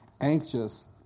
anxious